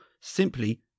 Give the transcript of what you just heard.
simply